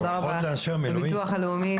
תודה לביטוח הלאומי.